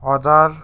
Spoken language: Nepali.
हजार